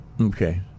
okay